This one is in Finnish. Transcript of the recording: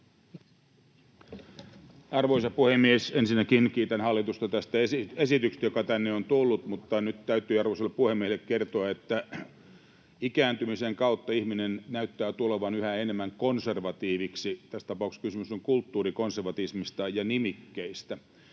Arvoisa puhemies! Ensinnäkin kiitän hallitusta tästä esityksestä, joka tänne on tullut, mutta nyt täytyy arvoisalle puhemiehelle kertoa, että ikääntymisen kautta ihminen näyttää tulevan yhä enemmän konservatiiviksi. Tässä tapauksessa kyse on kulttuurikonservatismista ja nimikkeistä.